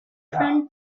friend